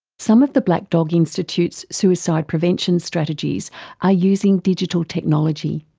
some of the black dog institute's suicide prevention strategies are using digital technology.